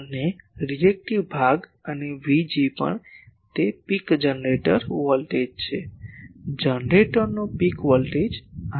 અને રીએક્ટીવ ભાગ અને VG પણ તે પીક જનરેટર વોલ્ટેજ છે જનરેટરનો પીક વોલ્ટેજ આ છે